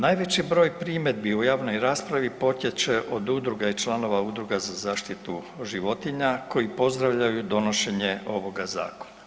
Najveći broj primjedbi u javnoj raspravi potječe od udruga i članova Udruga za zaštitu životinja koji pozdravljaju donošenje ovoga zakona.